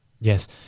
yes